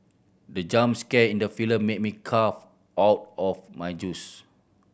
the jump scare in the film made me cough out of my juice